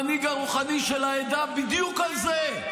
פגישה עם המנהיג הרוחני של העדה בדיוק על זה.